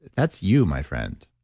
that's you my friend